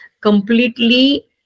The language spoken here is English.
completely